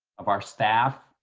of our staff,